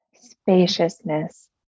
Spaciousness